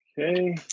Okay